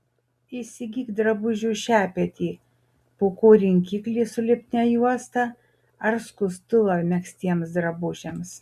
įsigyk drabužių šepetį pūkų rinkiklį su lipnia juosta ar skustuvą megztiems drabužiams